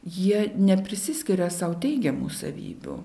jie neprisiskiria sau teigiamų savybių